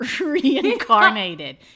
Reincarnated